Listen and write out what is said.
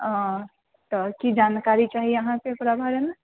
एतऽ की जानकारी चाही अहाँकेँ ओकरा बारेमे